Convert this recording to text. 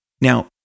Now